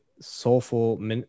soulful